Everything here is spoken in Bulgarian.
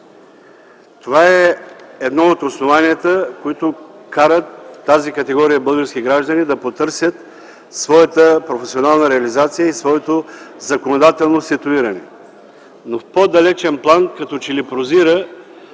Това е едно от основанията, които карат тази категория български граждани да потърсят своята професионална реализация и своето законодателно ситуиране. Но в по-далечен план, като че ли, прозира